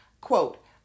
quote